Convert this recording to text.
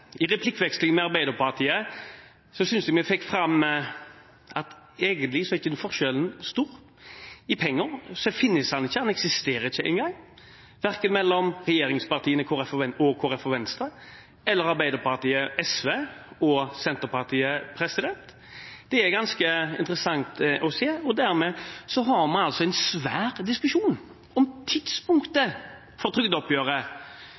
I replikkvekslingen med Arbeiderpartiet synes jeg vi fikk fram at forskjellen egentlig ikke er stor. I penger eksisterer den ikke engang mellom regjeringspartiene, Kristelig Folkeparti og Venstre, og Arbeiderpartiet, SV og Senterpartiet. Det er ganske interessant å se. Dermed har man altså en svær diskusjon om tidspunktet for trygdeoppgjøret,